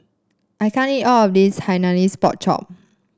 I can't eat all of this Hainanese Pork Chop